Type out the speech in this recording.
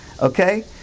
Okay